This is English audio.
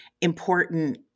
important